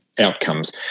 outcomes